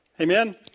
Amen